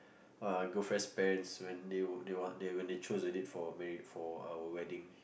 uh girlfriend's parents when they were they want they when they chose the date for married for our wedding